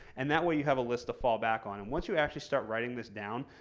and that way you have a list to fall back on. and once you actually start writing this down,